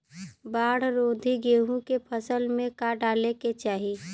बाढ़ रोधी गेहूँ के फसल में का डाले के चाही?